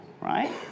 right